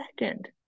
second